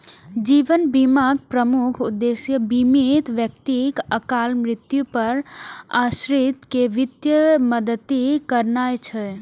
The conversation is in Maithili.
जीवन बीमाक प्रमुख उद्देश्य बीमित व्यक्तिक अकाल मृत्यु पर आश्रित कें वित्तीय मदति करनाय छै